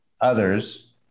others